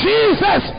Jesus